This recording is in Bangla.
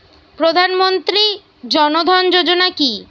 প্রধান মন্ত্রী জন ধন যোজনা কি?